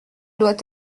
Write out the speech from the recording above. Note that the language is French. doit